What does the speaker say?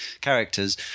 characters